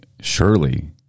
surely